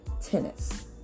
tennis